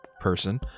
person